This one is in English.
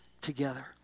together